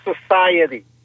society